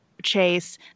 Chase